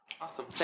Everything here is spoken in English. Awesome